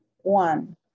one